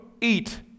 eat